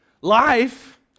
Life